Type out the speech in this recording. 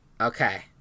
Okay